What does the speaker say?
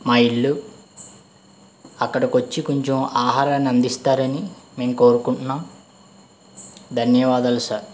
మా ఇల్లు అక్కడికి వచ్చి కొంచెం ఆహారాన్ని అందిస్తారని మేము కోరుకుంటున్నాం ధన్యవాదాలు సార్